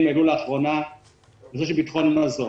העלו לאחרונה בעניין ביטחון מזון.